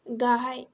गाहाय